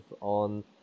on